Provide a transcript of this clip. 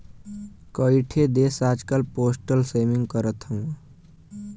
कई ठे देस आजकल पोस्टल सेविंग करत हौ